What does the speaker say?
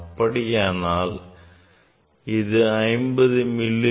அப்படியானால் இது 50 மி